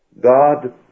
God